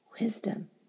Wisdom